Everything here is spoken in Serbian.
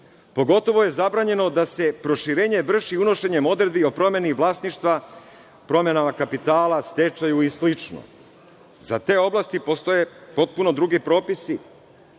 pogotovo je zabranjeno da se proširenje vrši unošenjem odredbi o promeni vlasništva, promenama kapitala, stečaju i slično. Za te oblasti postoje potpuno drugi propisi.